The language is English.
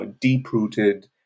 deep-rooted